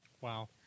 wow